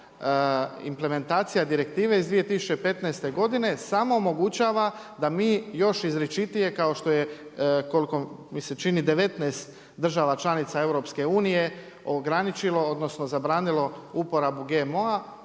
Implementacija Direktivne iz 2015. godine, samo omogućava da mi još izričitije, kao što je koliko mi se čini 19 država članica EU, ograničeno, odnosno zabranilo uporabu GMO-a,